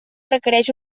requereix